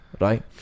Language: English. Right